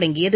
தொடங்கியது